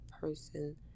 person